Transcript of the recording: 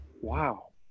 wow